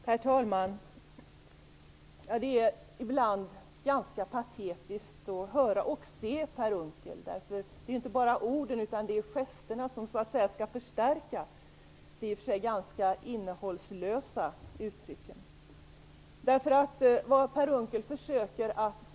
Herr talman! Ibland är det ganska patetiskt att höra och se Per Unckel. Det handlar ju inte bara om orden utan även om gesterna som skall förstärka det i och för sig ganska innehållslösa uttrycken.